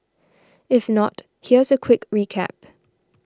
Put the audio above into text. if not here's a quick recap